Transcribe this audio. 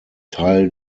teil